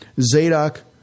Zadok